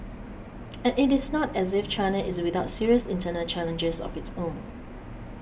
and it is not as if China is without serious internal challenges of its own